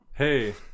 Hey